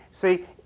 See